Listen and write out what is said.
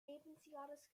lebensjahres